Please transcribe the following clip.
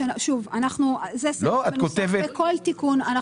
שוב, זה סעיף שמנוסח בכל תיקון.